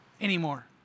anymore